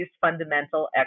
fundamental